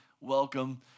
welcome